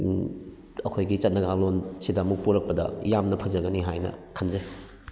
ꯑꯩꯈꯣꯏꯒꯤ ꯆꯠꯅ ꯀꯥꯡꯂꯣꯟꯁꯤꯗ ꯑꯃꯨꯛ ꯄꯣꯔꯛꯄꯗ ꯌꯥꯝꯅ ꯐꯖꯒꯅꯤ ꯍꯥꯏꯅ ꯈꯟꯖꯩ